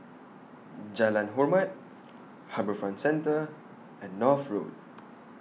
Jalan Hormat HarbourFront Centre and North Road